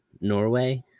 Norway